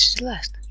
so last